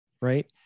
Right